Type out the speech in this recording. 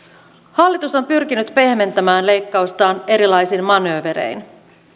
hallitus on pyrkinyt pehmentämään leikkaustaan erilaisin manööverein